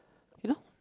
you know